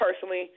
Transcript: personally